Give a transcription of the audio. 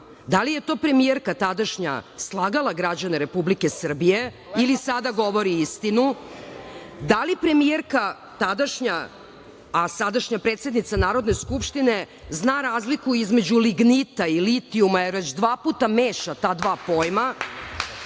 Da li je to premijerka tadašnja slagala građane Republike Srbije ili sada govori istinu? Da li premijerka tadašnja, a sadašnja predsednica Narodne skupštine zna razliku između lignita i litijuma, jer već dva puta meša ta dva pojma?